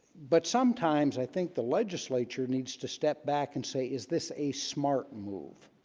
but sometimes i think the legislature needs to step back and say is this a smart move